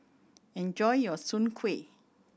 enjoy your Soon Kueh